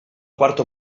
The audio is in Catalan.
quarta